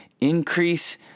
increase